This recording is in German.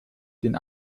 den